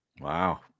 Wow